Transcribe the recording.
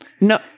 no